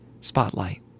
Spotlight